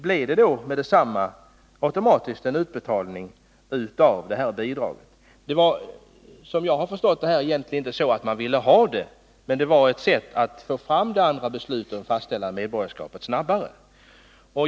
Och det sker med detsamma automatiskt en utbetalning av bidraget. Som jag har förstått det, så ville man egentligen inte ha bidraget, men man sökte ett sätt att få fram de andra besluten och fastställandet av medborgarskap snabbare.